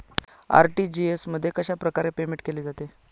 RTGS मध्ये कशाप्रकारे payment केले जाते?